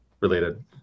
related